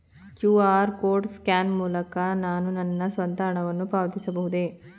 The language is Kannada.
ಕ್ಯೂ.ಆರ್ ಕೋಡ್ ಸ್ಕ್ಯಾನ್ ಮೂಲಕ ನಾನು ನನ್ನ ಸ್ವಂತ ಹಣವನ್ನು ಪಾವತಿಸಬಹುದೇ?